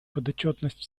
подотчетность